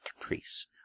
caprice